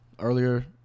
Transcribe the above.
earlier